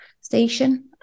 station